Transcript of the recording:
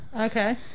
Okay